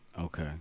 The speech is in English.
Okay